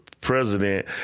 president